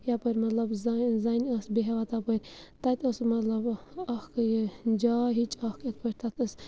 یَپٲرۍ مطلَب زَنہِ زَنہِ آسہٕ بیٚہوان تَپٲرۍ تَتہِ ٲس مَطلب اکھ یہِ جاے ہِچ اکھ یِتھ پٲٹھۍ تَتھ ٲسۍ